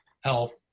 health